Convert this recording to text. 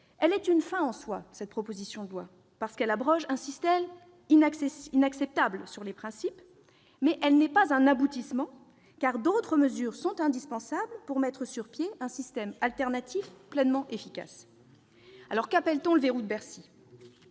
texte est une fin en soi, parce qu'il abroge un système inacceptable sur les principes, mais il n'est pas un aboutissement, car d'autres mesures sont indispensables pour mettre sur pied un système alternatif pleinement efficace. Qu'appelle-t-on « le verrou de Bercy »